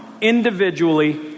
individually